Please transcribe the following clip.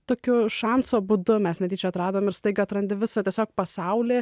tokiu šanso būdu mes netyčia atradome ir staiga atrandi visa tiesiog pasaulyje